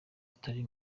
utari